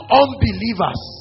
unbelievers